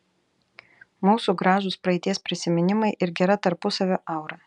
mūsų gražūs praeities prisiminimai ir gera tarpusavio aura